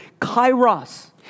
kairos